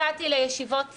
הגעתי לישיבות סיעה,